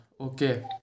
Okay